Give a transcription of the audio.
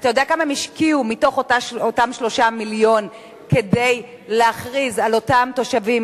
אתה יודע כמה השקיעו מתוך אותם 3 מיליון כדי להכריז על אותם תושבים